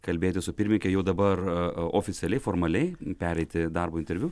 kalbėti su pirmininke jau dabar oficialiai formaliai pereiti darbo interviu